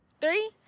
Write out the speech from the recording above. Three